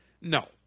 No